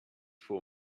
for